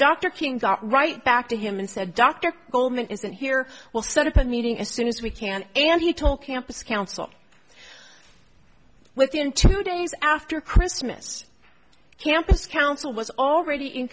got right back to him and said dr goldman isn't here well sort of been meeting as soon as we can and he told campus council within two days after christmas campus council was already in